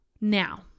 Now